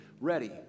ready